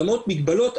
למרות המגבלות,